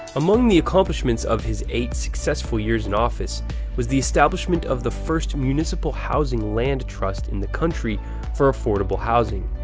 among the accomplishments of his eight successful years in office was the establishment of the first municipal housing land trust in the country for affordable housing,